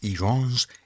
Iran's